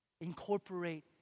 incorporate